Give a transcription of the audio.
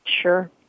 Sure